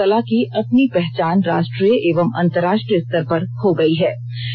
इससे इस कला की अपनी पहचान राष्ट्रीय एवं अंतर्राष्ट्रीय स्तर पर हो गई है